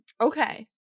Okay